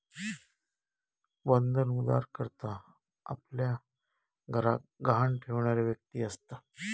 बंधक उधारकर्ता आपल्या घराक गहाण ठेवणारी व्यक्ती असता